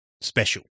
special